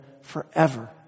forever